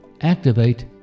Activate